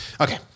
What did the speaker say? Okay